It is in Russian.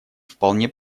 вполне